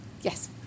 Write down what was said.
Yes